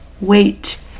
wait